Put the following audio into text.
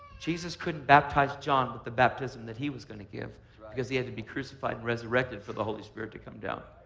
jesus couldn't baptize john with the baptism that he was going to give because he had to be crucified and resurrected for the holy spirit to come down.